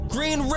Green